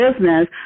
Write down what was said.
business